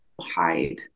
hide